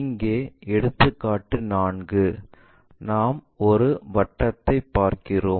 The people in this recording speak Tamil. இங்கே எடுத்துக்காட்டு 4 நாம் ஒரு வட்டத்தைப் பார்க்கிறோம்